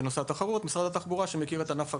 בנושא התחרות; משרד התחבורה כמי שמכיר את ענף הרכב.